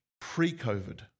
pre-COVID